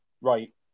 right